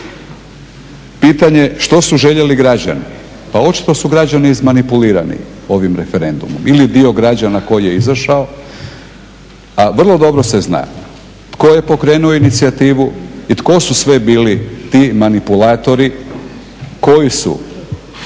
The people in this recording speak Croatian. Pitanje što su željeli građani, pa očito su građani izmanipulirani ovim referendumom ili dio građana koji je izašao, a vrlo dobro se zna tko je pokrenuo inicijativu i tko su sve bili ti manipulatori koji su